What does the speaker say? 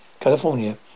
California